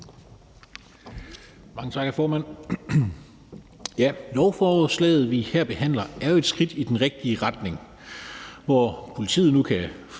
Mange tak, hr. formand. Lovforslaget, vi her behandler, er jo et skridt i den rigtige retning, hvor politiet nu kan